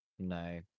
No